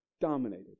Dominated